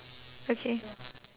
okay